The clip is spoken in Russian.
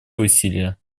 усилия